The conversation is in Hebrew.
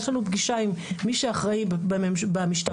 יש לנו פגישה עם מי שאחראי במשטרה,